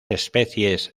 especies